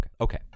okay